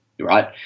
right